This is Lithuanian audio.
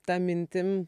ta mintim